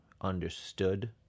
understood